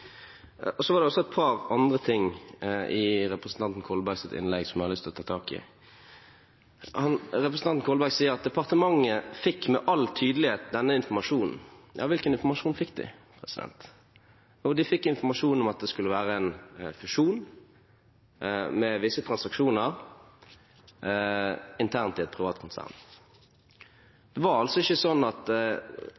Så var det også et par andre ting i representanten Kolbergs innlegg jeg har lyst til å ta tak i. Representanten Kolberg sier at departementet med all tydelighet fikk denne informasjonen. Hvilken informasjon fikk de? Jo, de fikk informasjon om at det skulle være en fusjon med visse transaksjoner internt i et privat konsern.